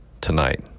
tonight